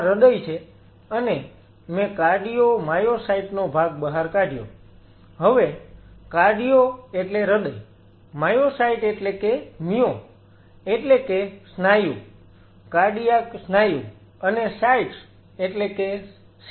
આ હૃદય છે અને મેં કાર્ડિયોમાયોસાઈટ નો ભાગ બહાર કાઢ્યો હવે કાર્ડિયો એટલે કે હૃદય માયોસાઈટ એટલે કે મ્યો એટલે કે સ્નાયુ કાર્ડિયાક સ્નાયુ અને સાઈટ્સ એટલે કે સેલ